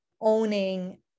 owning